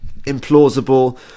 implausible